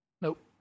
Nope